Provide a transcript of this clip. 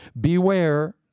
Beware